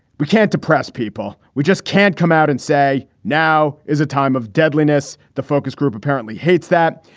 we can't depress people. we just can't come out and say now is a time of deadliness. the focus group apparently hates that.